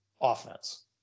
offense